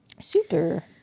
Super